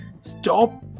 stop